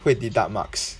会 deduct marks